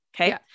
Okay